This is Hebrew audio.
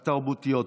התרבותיות.